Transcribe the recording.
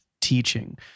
teaching